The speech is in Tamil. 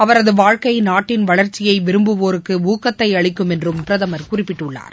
அவரது வாழ்க்கை நாட்டின் வளர்ச்சியை விரும்புவோருக்கு ஊக்கத்தை அளிக்கும் என்றும் பிரதமர் குறிப்பிட்டுள்ளார்